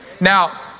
Now